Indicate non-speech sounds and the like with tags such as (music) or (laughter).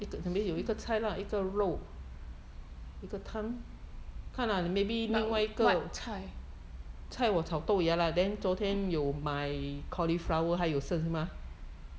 but what 菜 (noise)